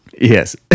Yes